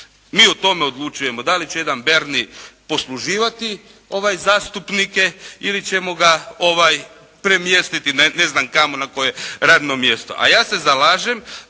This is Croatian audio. Mi o tome odlučujemo da li će jedan Berni posluživati zastupnike ili ćemo ga premjestiti ne znam kamo na koje radno mjesto?